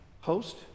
Host